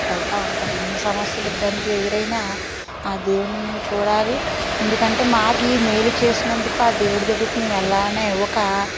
వెళ్తూ ఉంటారు ఎన్ని సమస్యలు ఇబ్బంది ఎదురైనా ఆ దేవుడుని ముందు చూడాలి ఎందుకంటే మాకు ఈ మేలు చేసినందుకు ఆ దేవుడి దగ్గరికి మేము వెళ్ళాలనే ఒక